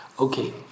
Okay